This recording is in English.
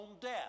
death